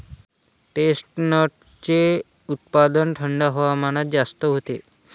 चेस्टनटचे उत्पादन थंड हवामानात जास्त होते